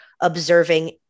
observing